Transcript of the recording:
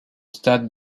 stade